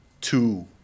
two